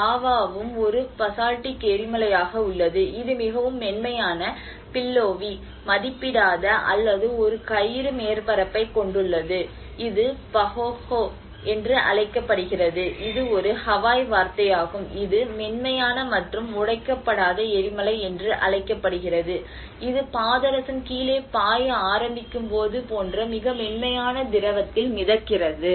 லாவாவும் ஒரு பசால்டிக் எரிமலை ஆக உள்ளது இது மிகவும் மென்மையான பில்லோவி மதிப்பிடாத அல்லது ஒரு கயிறு மேற்பரப்பைக் கொண்டுள்ளது இது பஹோஹோ என்று அழைக்கப்படுகிறது இது ஒரு ஹவாய் வார்த்தையாகும் இது மென்மையான மற்றும் உடைக்கப்படாத எரிமலை என்று அழைக்கப்படுகிறது இது பாதரசம் கீழே பாய ஆரம்பிக்கும் போது போன்ற மிக மென்மையான திரவத்தில் மிதக்கிறது